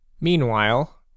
Meanwhile